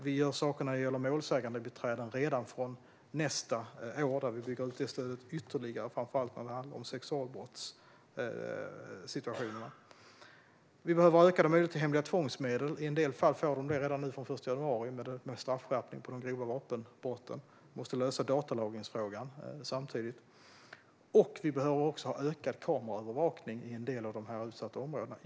Vi gör saker när det gäller målsägandebiträden redan från nästa år; vi bygger ut det stödet ytterligare, framför allt när det handlar om sexualbrottssituationer. Vi behöver ökade möjligheter till hemliga tvångsmedel. I en del fall får man det redan från den 1 januari, med straffskärpning för de grova vapenbrotten. Vi måste samtidigt lösa datalagringsfrågan, och vi behöver ha ökad kameraövervakning i en del av de utsatta områdena.